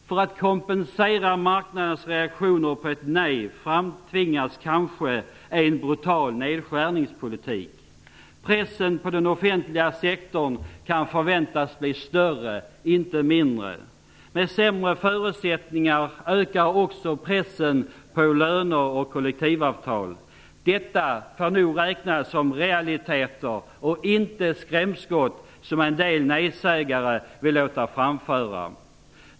För att kompensera marknadens reaktioner på ett nej framtvingas kanske en brutal nedskärningspolitik. Pressen på den offentliga sektorn kan förväntas bli större, inte mindre. Med sämre förutsättningar ökar också pressen på löner och kollektivavtal. Detta får nog räknas som realiteter och inte skrämskott, som en del nej-sägare vill låta påskina.